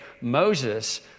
Moses